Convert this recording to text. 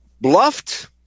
bluffed